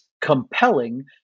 compelling